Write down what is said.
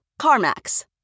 CarMax